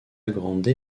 grande